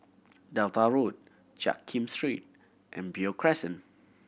Delta Road Jiak Kim Street and Beo Crescent